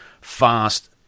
fast